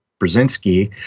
Brzezinski